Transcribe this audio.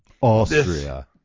Austria